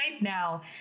now